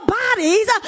bodies